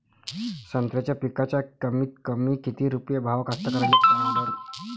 संत्र्याचा पिकाचा कमीतकमी किती रुपये भाव कास्तकाराइले परवडन?